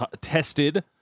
tested